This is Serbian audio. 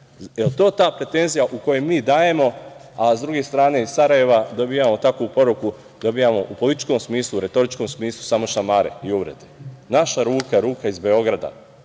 Jel to ta pretenzija u kojoj mi dajemo, a s druge strane iz Sarajeva dobijamo takvu poruku, dobijamo u političkom smislu, retoričkom smislu samo šamare i uvrede. Naša ruka, ruka iz Beograda,